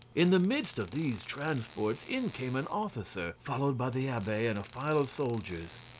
in the midst of these transports in came an officer, followed by the abbe and a file of soldiers.